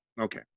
okay